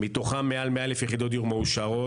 מתוכן מעל 100,000 יחידות מאושרות.